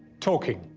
talking?